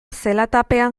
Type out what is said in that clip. zelatapean